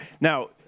Now